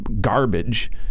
garbage